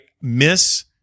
miss